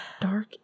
dark